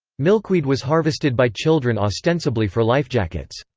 milkweed was harvested by children ostensibly for lifejackets.